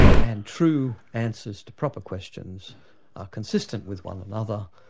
and true answers to proper questions are consistent with one another,